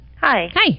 Hi